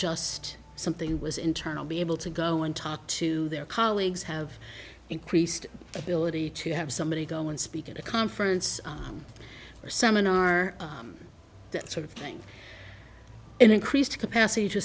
just something was internal be able to go and talk to their colleagues have increased ability to have somebody go and speak at a conference or seminar that sort of thing an increased capacity to